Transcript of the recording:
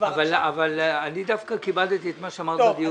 אבל אני דווקא קיבלתי את מה אמרת בדיון.